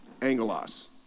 Angelos